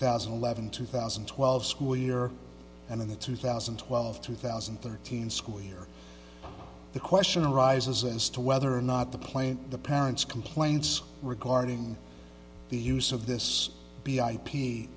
thousand and eleven two thousand and twelve school year and in the two thousand and twelve two thousand and thirteen school year the question arises as to whether or not the plane the parents complaints regarding the use of this b i p